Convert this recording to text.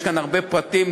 יש כאן הרבה פרטים,